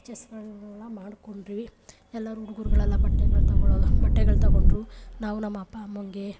ಪರ್ಚೇಸ್ಗಳನ್ನೆಲ್ಲ ಮಾಡಿಕೊಂಡ್ವಿ ಎಲ್ಲರೂ ಹುಡುಗರುಗಳೆಲ್ಲ ಬಟ್ಟೆಗಳು ತಗೊಳ್ಳೋದು ಬಟ್ಟೆಗಳು ತಗೊಂಡ್ರು ನಾವು ನಮ್ಮ ಅಪ್ಪ ಅಮ್ಮನಿಗೆ